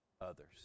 others